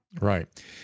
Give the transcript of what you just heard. right